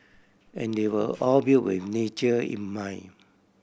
and they were all built with nature in mind